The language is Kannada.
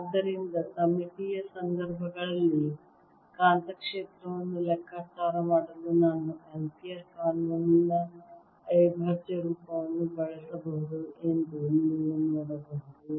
ಆದ್ದರಿಂದ ಸಮ್ಮಿತೀಯ ಸಂದರ್ಭಗಳಲ್ಲಿ ಕಾಂತಕ್ಷೇತ್ರವನ್ನು ಲೆಕ್ಕಾಚಾರ ಮಾಡಲು ನಾನು ಆಂಪಿಯರ್ ಕಾನೂನಿನ ಅವಿಭಾಜ್ಯ ರೂಪವನ್ನು ಬಳಸಬಹುದು ಎಂದು ನೀವು ನೋಡಬಹುದು